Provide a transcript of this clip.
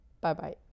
Bye-bye